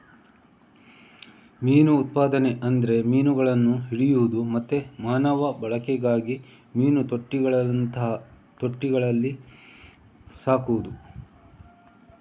ಮೀನು ಉತ್ಪಾದನೆ ಅಂದ್ರೆ ಮೀನುಗಳನ್ನ ಹಿಡಿಯುದು ಮತ್ತೆ ಮಾನವ ಬಳಕೆಗಾಗಿ ಮೀನು ತೊಟ್ಟಿಗಳಂತಹ ತೊಟ್ಟಿಗಳಲ್ಲಿ ಸಾಕುದು